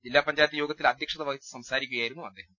ജില്ലാ പഞ്ചായത്ത് യോഗത്തിൽ അധ്യക്ഷത വഹിച്ച് സംസാരിക്കുകയായിരുന്നു അദ്ദേ ഹം